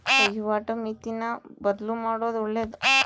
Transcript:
ವಹಿವಾಟು ಮಿತಿನ ಬದ್ಲುಮಾಡೊದು ಒಳ್ಳೆದು